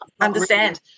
understand